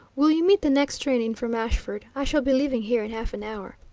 will you meet the next train in from ashford? i shall be leaving here in half an hour.